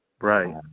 Right